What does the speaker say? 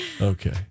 Okay